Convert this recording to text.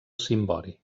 cimbori